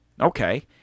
Okay